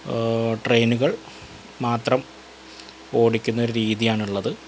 ട്രെയിനുകൾ മാത്രം ഓടിക്കുന്ന രീതിയാണുള്ളത്